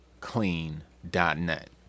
clean.net